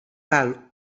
val